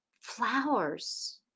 flowers